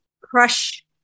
crush